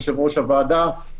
יושב-ראש הוועדה,